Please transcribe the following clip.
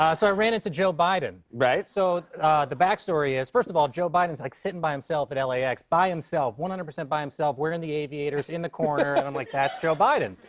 ah so, i ran into joe biden. right. so the backstory is first of all, joe biden is like sitting by himself at lax, by himself, one hundred percent by himself, wearing the aviators in the corner. and i'm like, that's joe biden.